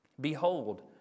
Behold